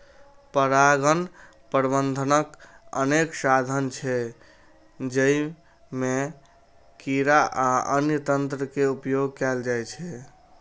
परागण प्रबंधनक अनेक साधन छै, जइमे कीड़ा आ अन्य तंत्र के उपयोग कैल जाइ छै